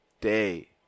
day